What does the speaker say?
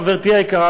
חברתי היקרה,